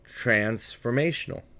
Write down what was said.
transformational